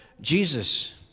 Jesus